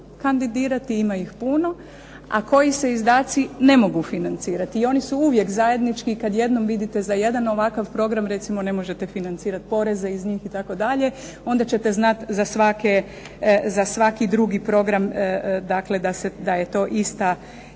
kandidirati, ima ih puno a koji se izdaci ne mogu financirati. I oni su uvijek zajednički. I kad jednom vidite za jedan ovakav program recimo ne možete financirati poreze iz njih itd. onda ćete znati za svaki drugi program dakle da je to ista vrsta